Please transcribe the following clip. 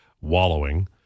wallowing